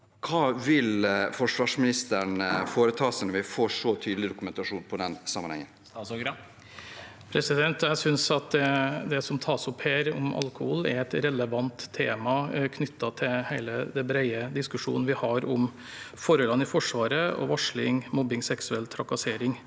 Hva vil forsvarsministeren foreta seg når vi får så tydelig dokumentasjon på den sammenhengen? Statsråd Bjørn Arild Gram Jeg synes at det som tas opp her om alkohol, er et relevant tema knyttet til hele den brede diskusjonen vi har om forholdene i Forsvaret, og om varsling, mobbing og seksuell trakassering.